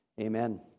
Amen